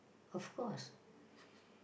of course